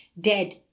dead